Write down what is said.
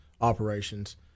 operations